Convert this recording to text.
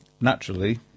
naturally